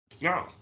No